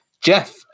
Jeff